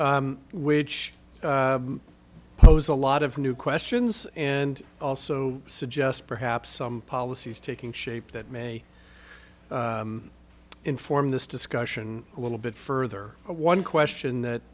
which pose a lot of new questions and also suggest perhaps some policies taking shape that may inform this discussion a little bit further one question that